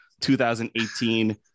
2018